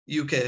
UK